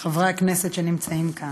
וחברי הכנסת שנמצאים כאן,